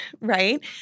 right